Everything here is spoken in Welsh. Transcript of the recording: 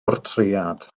bortread